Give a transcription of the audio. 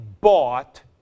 bought